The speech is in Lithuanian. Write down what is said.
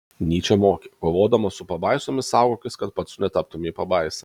nyčė mokė kovodamas su pabaisomis saugokis kad pats netaptumei pabaisa